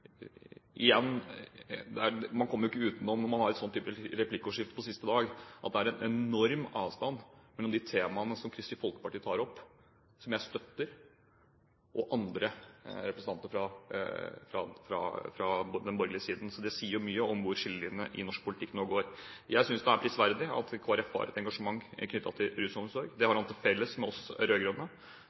Man kommer ikke utenom, når man har et slikt replikkordskifte på sesjonens siste dag, at det er en enorm avstand mellom de temaene som Kristelig Folkeparti tar opp, som jeg støtter, og det andre representanter fra den borgerlige siden tar opp. Det sier mye om hvor skillelinjene i norsk politikk nå går. Jeg synes det er prisverdig at Kristelig Folkeparti har et engasjement knyttet til rusomsorg. Det har han til felles med oss